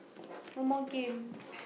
no more game